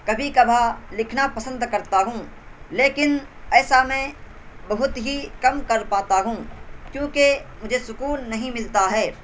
کبھی کبھار لکھنا پسند کرتا ہوں لیکن ایسا میں بہت ہی کم کر پاتا ہوں کیونکہ مجھے سکون نہیں ملتا ہے